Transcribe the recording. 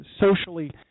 socially